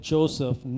Joseph